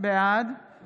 בעד